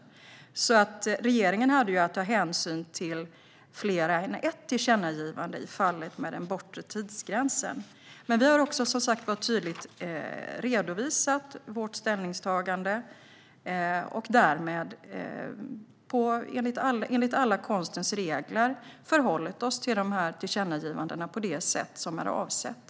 Regeringen hade alltså att ta hänsyn till fler än ett tillkännagivande i fallet med den bortre tidsgränsen. Vi har som sagt var även tydligt redovisat vårt ställningstagande och därmed enligt alla konstens regler förhållit oss till de här tillkännagivandena på det sätt som är avsett.